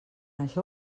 això